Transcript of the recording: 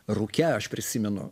rūke aš prisimenu